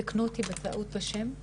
תקנו אותי אם יש טעות בשם,